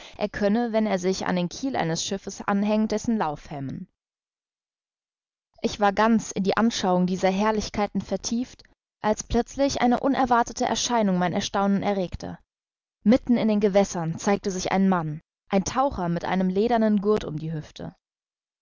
er könne wenn er sich an den kiel eines schiffes anhängt dessen lauf hemmen ich war ganz in die anschauung dieser herrlichkeiten vertieft als plötzlich eine unerwartete erscheinung mein erstaunen erregte mitten in den gewässern zeigte sich ein mann ein taucher mit einem ledernen gurt um die hüfte